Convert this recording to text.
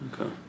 Okay